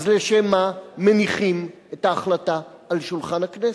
אז לשם מה מניחים את ההחלטה על שולחן הכנסת?